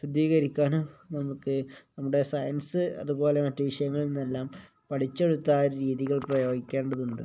ശുദ്ധീകരിക്കാനും നമുക്ക് നമ്മുടെ സയൻസ് അതുപോലെ മറ്റ് വിഷയങ്ങളിൽ നിന്നെല്ലാം പഠിച്ചെടുത്തതായ രീതികൾ പ്രയോഗിക്കേണ്ടതുണ്ട്